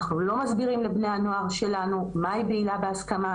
אנחנו לא מסבירים לבני הנוער שלנו מה היא בעילה בהסכמה,